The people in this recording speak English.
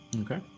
Okay